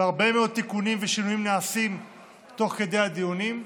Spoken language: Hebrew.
והרבה מאוד תיקונים ושינויים נעשים תוך כדי הדיונים.